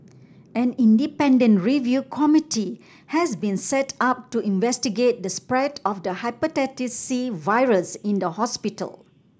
an independent review committee has been set up to investigate the spread of the Hepatitis C virus in the hospital